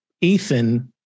Ethan